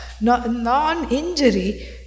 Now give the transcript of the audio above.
non-injury